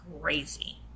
Crazy